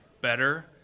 better